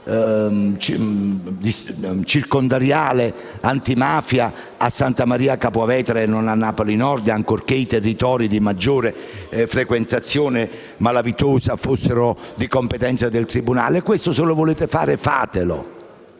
circondariale antimafia a Santa Maria Capua Vetere e non a Napoli Nord, ancorché i territori di maggior frequentazione malavitosa fossero di competenza del tribunale. Se questo volete farlo, fatelo.